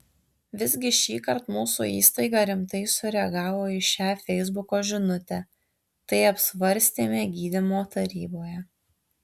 visgi šįkart mūsų įstaiga rimtai sureagavo į šią feisbuko žinutę tai apsvarstėme gydymo taryboje